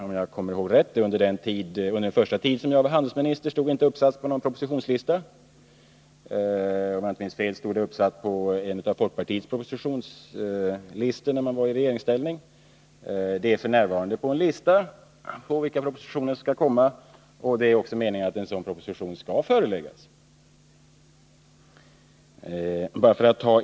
Om jag minns rätt stod detta, under den första tiden som jag var handelsminister, inte uppsatt på någon propositionslista — det stod, tycker jag att jag kommer ihåg, uppsatt på en av folkpartiregeringens propositionslistor när folkpartiet var i regeringsställning. Det är f. n. uppsatt på en lista över kommande propositioner, och det är meningen att en proposition skall föreläggas riksdagen.